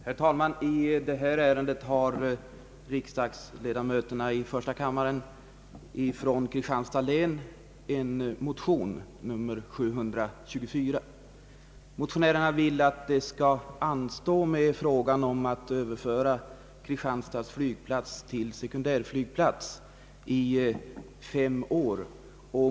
Herr talman! I detta ärende har riksdagsledamöterna från Kristianstads län i första kammaren en motion, nr I: 724. Motionärerna vill att det skall anstå i fem år med frågan om att överföra Kristianstads flygplats till sekundärflygplats.